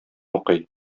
укый